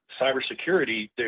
cybersecurity